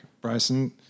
Bryson